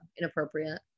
Inappropriate